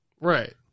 Right